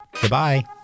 Goodbye